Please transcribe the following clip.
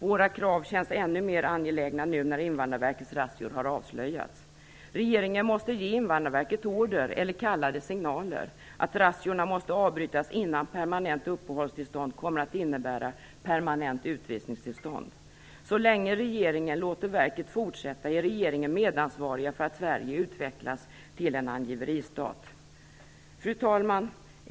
Våra krav känns ännu mer angelägna nu när Invandrarverkets razzior har avslöjats. Regeringen måste ge Invandrarverket order, eller kalla det signaler, att razziorna måste avbrytas innan permanent uppehållstillstånd kommer att innebära permanent utvisningstillstånd. Så länge regeringen låter verket fortsätta är regeringen medansvarig för att Sverige utvecklas till en angiveristat. Fru talman!